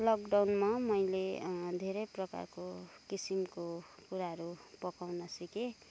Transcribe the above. लकडाउनमा मैले धेरै प्रकारको किसिमको कुराहरू पकाउन सिकेँ